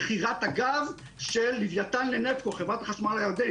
מכירת הגז של לוויתן לחברת החשמל הירדנית.